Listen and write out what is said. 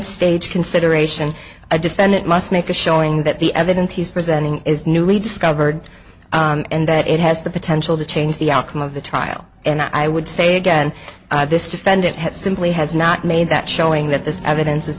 stage consideration a defendant must make a showing that the evidence he's presenting is newly discovered and that it has the potential to change the outcome of the trial and i would say again this defendant has simply has not made that showing that this evidence is